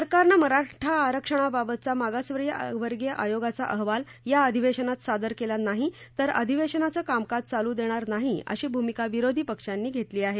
सरकारनं मराठा आरक्षणाबाबतचा मागासवर्गीय आयोगाचा अहवाल या अधिवेशनात सादर केला नाही तर अधिवेशनाचं कामकाज चालू देणार नाही अशी भूमिका विरोधी पक्षांनी घेतली आहे